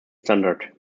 standard